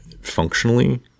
functionally